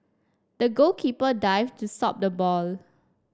the goalkeeper dived to stop the ball